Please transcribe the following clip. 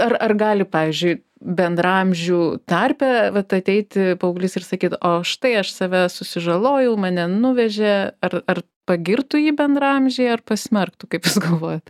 ar ar gali pavyzdžiui bendraamžių tarpe vat ateiti paauglys ir sakyt o štai aš save susižalojau mane nuvežė ar ar pagirtų jį bendraamžiai ar pasmerktų kaip jūs galvojat